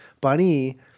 Bunny